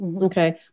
Okay